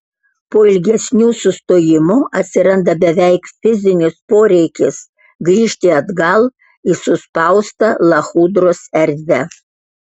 po ilgesnių sustojimų atsiranda beveik fizinis poreikis grįžti atgal į suspaustą lachudros erdvę